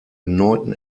erneuten